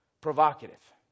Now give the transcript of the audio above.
provocative